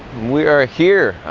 we are here.